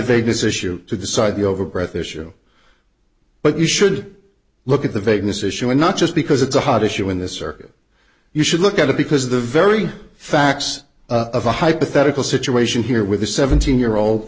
vagueness issue to decide the over breath issue but you should look at the vagueness issue and not just because it's a hot issue in the circuit you should look at it because the very facts of a hypothetical situation here with a seventeen year old